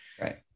right